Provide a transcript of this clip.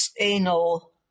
anal